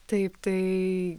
taip tai